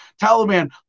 Taliban